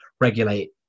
regulate